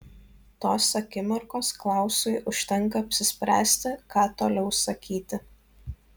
tos akimirkos klausui užtenka apsispręsti ką toliau sakyti